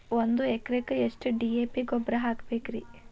ಒಂದು ಎಕರೆಕ್ಕ ಎಷ್ಟ ಡಿ.ಎ.ಪಿ ಗೊಬ್ಬರ ಹಾಕಬೇಕ್ರಿ?